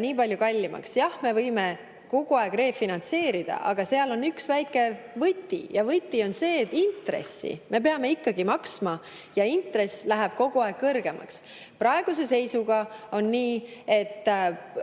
nii palju kallimaks. Jah, me võime kogu aeg refinantseerida, aga seal on üks väike võti ja võti on see, et intressi me peame ikkagi maksma ja intress läheb kogu aeg kõrgemaks. Praeguse seisuga on nii, et